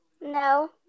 No